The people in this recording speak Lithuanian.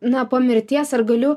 na po mirties ar galiu